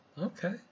okay